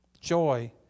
joy